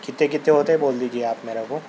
کتنے کتنے ہوتے ہیں بول دیجئے آپ میرے کو